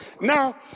Now